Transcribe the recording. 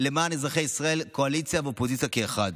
למען אזרחי ישראל, קואליציה ואופוזיציה כאחד,